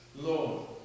Lord